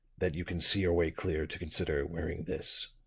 that you can see your way clear to consider wearing this,